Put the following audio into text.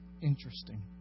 interesting